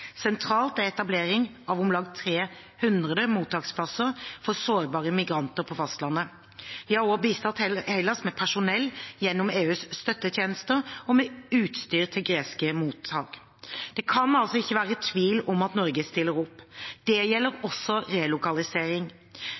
Sentralt er etablering av om lag 300 mottaksplasser for sårbare migranter på fastlandet. Vi har også bistått Hellas med personell gjennom EUs støttetjenester og med utstyr til greske mottak. Det kan altså ikke være tvil om at Norge stiller opp. Det gjelder også relokalisering.